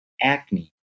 acne